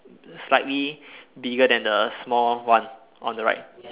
slightly bigger than the small one on the right